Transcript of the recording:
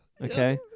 Okay